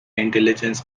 intelligence